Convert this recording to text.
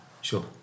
sure